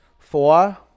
Four